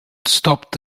stopped